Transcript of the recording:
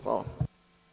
Hvala.